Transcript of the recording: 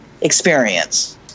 experience